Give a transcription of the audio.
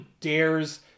dares